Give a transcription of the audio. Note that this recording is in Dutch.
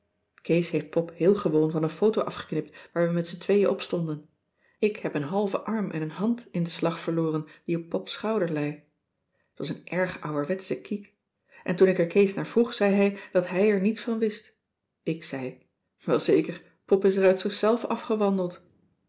kees heeft pop heel gewoon van een foto afgeknipt waar wij met z'n tweeën op stonden ik heb een halven arm en een hand in den slag verloren die op pop's schouder lei t was een erge ouwerwetsche kiek en toen ik er kees naar vroeg zei hij dat hij er niets van wist ik zei welzeker pop is er uit zichzelf afgewandeld